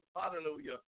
Hallelujah